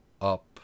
up